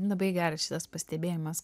labai geras šitas pastebėjimas